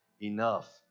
enough